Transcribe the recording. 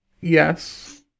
Yes